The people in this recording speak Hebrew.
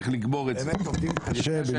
מישהו היה עוזר פרלמנטרי; אחר כך היו בחירות;